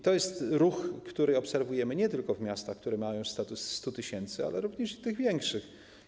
To jest ruch, który obserwujemy nie tylko w miastach, które mają status 100-tysięcznych, ale również w tych większych.